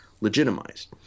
legitimized